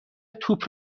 توپ